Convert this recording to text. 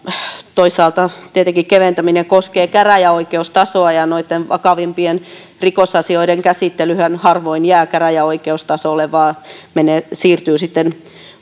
toisaalta tietenkin keventäminen koskee käräjäoikeustasoa ja vakavampien rikosasioiden käsittelyhän harvoin jää käräjäoikeustasolle vaan siirtyy sitten